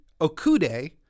Okude